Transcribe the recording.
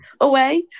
away